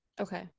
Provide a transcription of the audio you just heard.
Okay